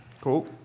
Cool